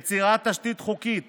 יצירת תשתית חוקית